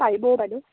পাৰিব অ' বাইদেউ